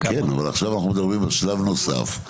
עכשיו אנחנו מדברים על שלב נוסף,